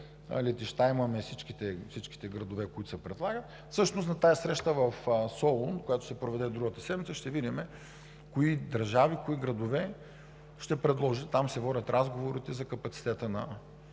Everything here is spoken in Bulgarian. летища във всички градове, които се предлагат. Всъщност на тази среща в Солун, която ще се проведе другата седмица, ще видим кои държави, кои градове ще предложи. Там се водят разговорите за капацитета на